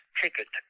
ticket